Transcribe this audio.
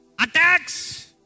Attacks